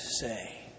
say